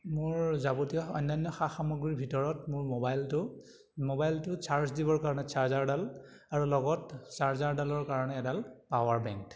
মোৰ যাৱতীয় অন্যান্য সা সামগ্ৰীৰ ভিতৰত মোৰ মোবাইলটো মোবাইলটো চাৰ্জ দিবৰ কাৰণে চাৰ্জাৰডাল আৰু লগত চাৰ্জাৰডালৰ কাৰণে এডাল পাৱাৰ বেংক